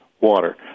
water